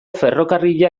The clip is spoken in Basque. ferrokarrila